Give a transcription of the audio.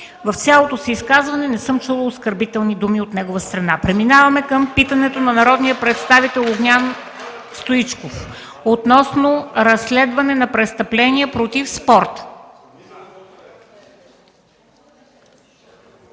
В цялото му изказване не съм чула оскърбителни думи от негова страна. (Ръкопляскания от ГЕРБ.) Преминаваме към питането на народния представител Огнян Стоичков относно разследване на престъпления против спорта.